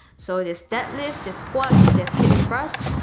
so there's deadlifts, there's squats, there's hip thrust,